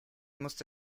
musste